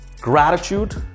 Gratitude